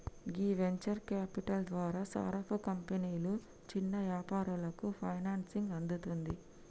గీ venture capital ద్వారా సారపు కంపెనీలు చిన్న యాపారాలకు ఫైనాన్సింగ్ అందుతుంది